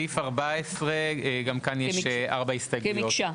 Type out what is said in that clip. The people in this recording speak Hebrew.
גם בסעיף 14 יש כארבע הסתייגויות.